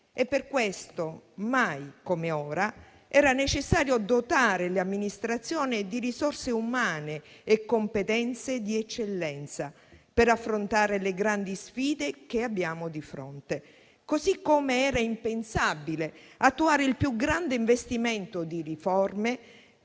Per questo, mai come ora, era necessario dotare le amministrazioni di risorse umane e competenze di eccellenza, per affrontare le grandi sfide che abbiamo di fronte, così come era impensabile non attuare il più grande investimento di riforme